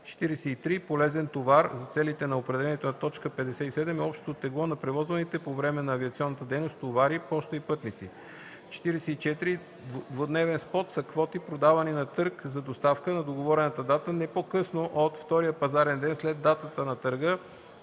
43. „Полезен товар” за целите на определението по т. 57 е общото тегло на превозваните по време на авиационната дейност товари, поща и пътници. 44. „Двудневен спот” са квоти, продавани на търг за доставка на договорена дата не по-късно от втория пазарен ден след датата на търга